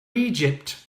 egypt